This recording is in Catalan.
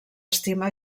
estima